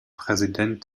präsident